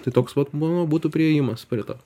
tai toks vat manau būtų priėjimas prie to